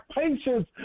patience